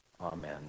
amen